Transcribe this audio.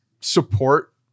support